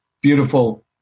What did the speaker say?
beautiful